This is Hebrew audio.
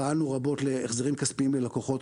פעלנו רבות להחזרים כספיים ללקוחות,